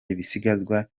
ibisigazwa